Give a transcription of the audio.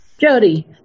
Jody